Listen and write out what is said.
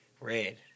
red